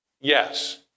Yes